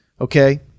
Okay